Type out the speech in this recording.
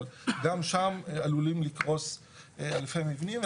אבל גם שם עלולים לקרוס אלפי מבנים.